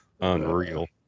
Unreal